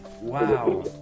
Wow